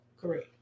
Correct